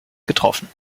getroffen